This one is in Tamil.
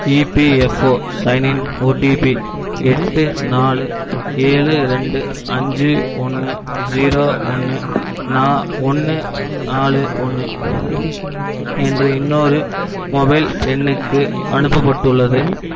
இபிஎஃப்ஓ சைன்இன் ஒடிபி எட்டு நாலு ஏழு ரெண்டு அஞ்சு ஒன்று ஜீரோ ஒன்று நா ஒன்று நாலு ஒன்று என்ற இன்னொரு மொபைல் எண்ணுக்கு அனுப்பப்பட்டுள்ளது